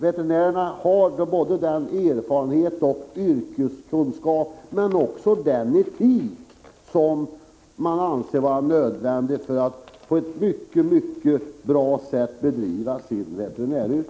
Veterinärerna har både den erfarenhet, den försl förslag yrkeskunskap och den etik som krävs för att de på ett mycket bra sätt skall kunna utöva veterinäryrket.